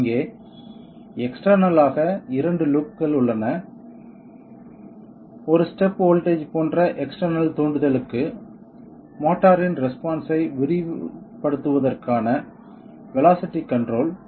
இங்கே எக்ஸ்டெர்னல் ஆக 2 லூப்கள் உள்ளன ஒரு ஸ்டெப் வோல்ட்டேஜ் போன்ற எக்ஸ்டெர்னல் தூண்டுதலுக்கு மோட்டாரின் ரெஸ்பான்ஸ் ஐ விரைவுபடுத்துவதற்கான வேலோஸிட்டி கன்ட்ரோல்